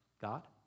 God